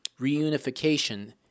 reunification